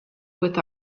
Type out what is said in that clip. with